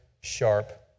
sharp